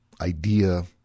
idea